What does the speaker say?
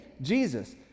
Jesus